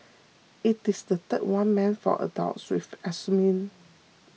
it is the third one meant for adults with autism